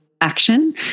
action